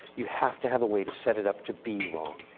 you have to have a way to set it up to be wrong.